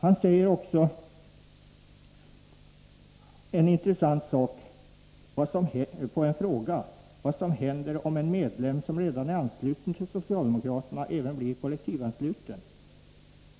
Han ger också ett ganska intressant svar på en fråga om vad som händer om en medlem som redan är ansluten till socialdemokraterna även blir kollektiv ansluten.